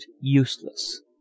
useless